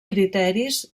criteris